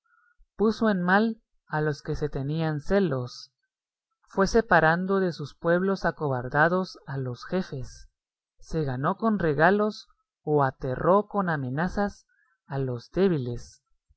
puso en mal a los que se tenían celos fue separando de sus pueblos acobardados a los jefes se ganó con regalos o aterró con amenazas a los débiles